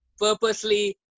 purposely